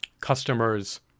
customers